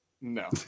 No